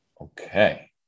Okay